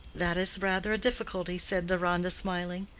that is rather a difficulty, said deronda, smiling.